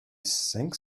cinq